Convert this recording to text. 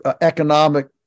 economic